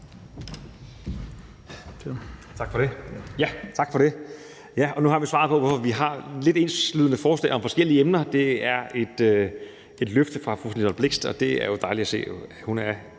Tak for det.